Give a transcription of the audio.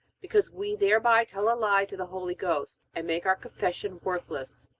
because we thereby tell a lie to the holy ghost, and make our confession worthless.